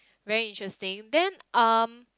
very interesting then um